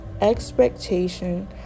expectation